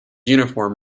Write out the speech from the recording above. uniforms